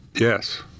Yes